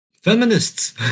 Feminists